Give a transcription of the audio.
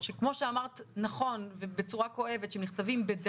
שלום רב.